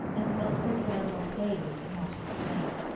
and mumford ran off gaily to catch his train.